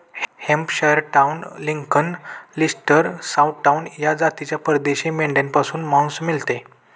Hampshire town, Lincoln, Leicester, south town या जातीला परदेशी मेंढ्यांपासून मांस मिळते